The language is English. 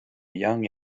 young